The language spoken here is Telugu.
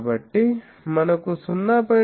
కాబట్టి మనకు 0